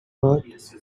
but